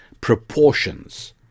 proportions